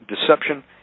deception